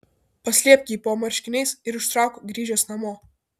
paslėpk jį po marškiniais ir ištrauk grįžęs namo